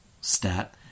stat